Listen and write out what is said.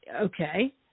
Okay